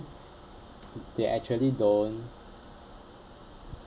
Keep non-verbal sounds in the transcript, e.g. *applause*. *noise* they actually don't